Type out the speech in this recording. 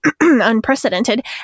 unprecedented